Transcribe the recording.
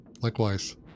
Likewise